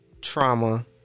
trauma